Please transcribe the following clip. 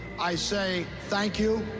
i say, thank you,